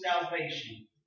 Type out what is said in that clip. salvation